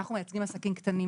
אנחנו מייצגים עסקים קטנים.